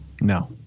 No